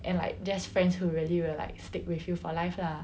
and like just friends who really will like stick with you for life lah